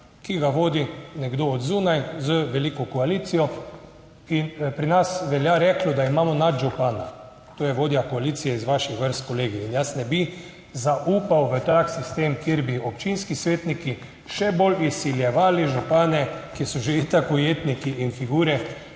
ki ga vodi, nekdo od zunaj z veliko koalicijo. Pri nas velja reklo, da imamo nadžupana, to je vodja koalicije iz vaših vrst kolegi. In jaz ne bi zaupal v tak sistem, kjer bi občinski svetniki še bolj izsiljevali župane, ki so že itak ujetniki in figure,